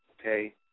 okay